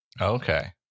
Okay